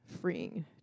freeing